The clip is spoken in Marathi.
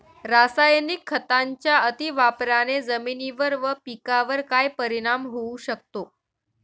रासायनिक खतांच्या अतिवापराने जमिनीवर व पिकावर काय परिणाम होऊ शकतो?